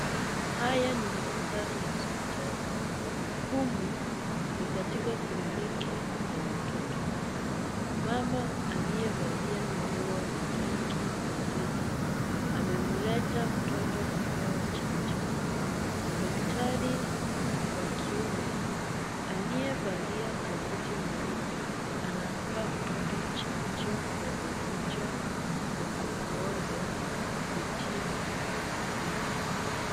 Haya ni mandhari ya hospitali. Humu ni katika kliniki ya watoto. Mama aliyevalia nguo ya rangi ya waridi, amemleta mtoto kupewa chanjo. Daktari wa kiume aliyevalia kabuti nyeupe anampa mtoto chanjo ya ugonjwa wa kupooza kupitia mdomoni.